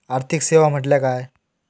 आर्थिक सेवा म्हटल्या काय?